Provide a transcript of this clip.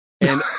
And-